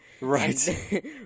Right